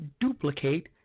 duplicate